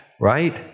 right